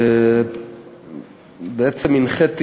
בעצם הנחיתי